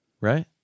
Right